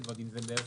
זה גם יכול להיות